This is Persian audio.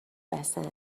وسط